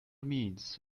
means